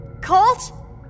Colt